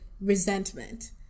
resentment